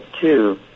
Two